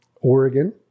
Oregon